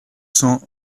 cents